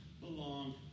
belong